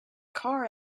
car